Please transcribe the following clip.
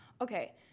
Okay